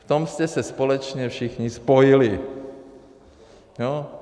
V tom jste se společně všichni spojili, jo?